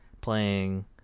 playing